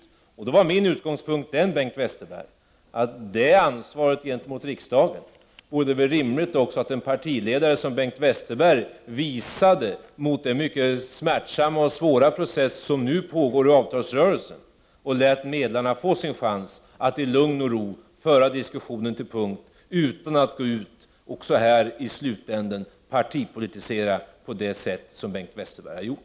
I det läget var min utgångspunkt, Bengt Westerberg, att det ansvaret gentemot riksdagen vore det väl rimligt att en partiledare som Bengt Westerberg visade mot den mycket smärtsamma och mycket svåra process som nu pågår i avtalsrörelsen och lät medlarna få sin chans att i lugn och ro föra diskussionen till punkt utan att gå ut också här och i slutänden partipolitisera på detta sätt som Bengt Westerberg har gjort.